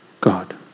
God